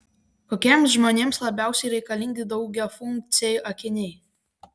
kokiems žmonėms labiausiai reikalingi daugiafunkciai akiniai